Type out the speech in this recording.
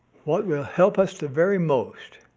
what will help us the very most